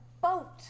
boat